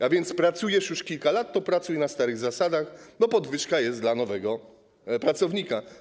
A więc pracujesz już kilka lat, to pracuj na starych zasadach, bo podwyżka jest dla nowego pracownika.